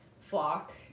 flock